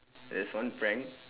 there's one prank